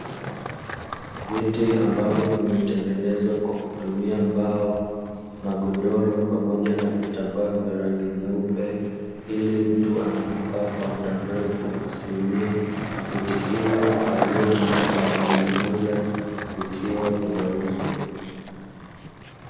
Viti ambavyo vimetengenezwa kwa kutumia mbao, magodoro pamoja na vitambaa vya rangi nyeupe ili mtu anapokaa kwa mda mrefu asiumie. Viti hivyo hukaliwa na mtu mmojammoja vikiwa vinauzwa.